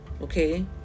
okay